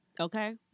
Okay